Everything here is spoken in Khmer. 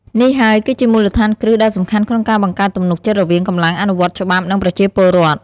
នេះហើយគឺជាមូលដ្ឋានគ្រឹះដ៏សំខាន់ក្នុងការបង្កើតទំនុកចិត្តរវាងកម្លាំងអនុវត្តច្បាប់ និងប្រជាពលរដ្ឋ។